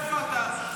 איפה אתה?